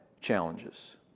challenges